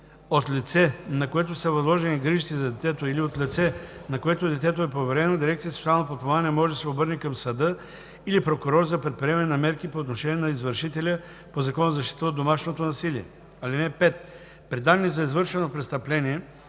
от лице, на което са възложени грижите за детето, или от лице, на което детето е поверено, дирекция „Социално подпомагане“ може да се обърне към съда или прокурор за предприемане на мерки по отношение на извършителя по Закона за защита от домашното насилие. (5) При данни за извършено престъпление